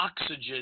oxygen